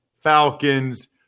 Falcons